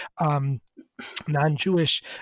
non-Jewish